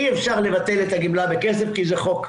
אי אפשר לבטל את הגימלה בכסף כי זה חוק,